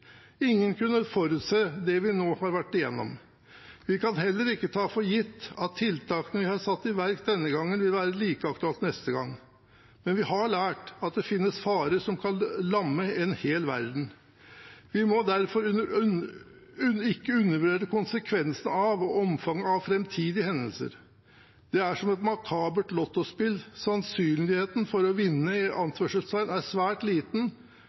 Ingen kunne forutse det vi nå har vært igjennom. Vi kan heller ikke ta for gitt at tiltakene vi har satt i verk denne gangen, vil være like aktuelle neste gang. Men vi har lært at det finnes farer som kan lamme en hel verden. Vi må derfor ikke undervurdere konsekvensene og omfanget av framtidige hendelser. Det er som et makabert lottospill: Sannsynligheten for å «vinne» er svært liten, men noen gjør det, og det kan skje i morgen. Det er